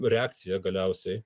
reakcija galiausiai